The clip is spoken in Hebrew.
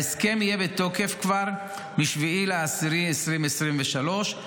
ההסכם בתוקף כבר מ-7 באוקטובר 2023,